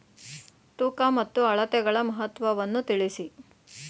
ತೂಕ ಮತ್ತು ಅಳತೆಗಳ ಮಹತ್ವವನ್ನು ತಿಳಿಸಿ?